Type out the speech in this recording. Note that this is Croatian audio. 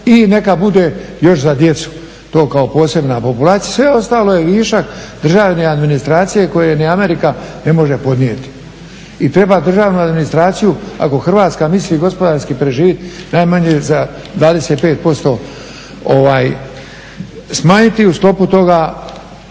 i neka bude još za djecu, to kao posebna populacija, sve ostalo je višak državne administracije koje ni Amerika ne može podnijeti. I treba državnu administraciju ako Hrvatska misli gospodarski preživjeti najmanje za 25% smanjiti i u sklopu toga